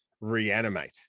reanimate